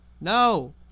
No